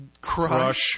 crush